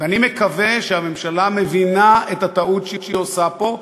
אני מקווה שהממשלה מבינה את הטעות שהיא עושה פה,